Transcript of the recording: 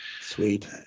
Sweet